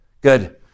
Good